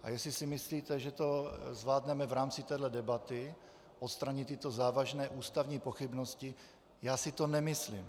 A jestli si myslíte, že to zvládneme v rámci téhle debaty, odstranit tyto závažné ústavní pochybnosti, já si to nemyslím.